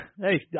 Hey